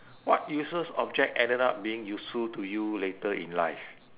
what useless object ended up being useful to you later in life